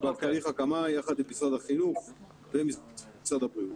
שכבר בתהליך הקמה יחד עם משרד החינוך ומשרד הבריאות.